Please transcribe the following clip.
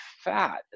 fat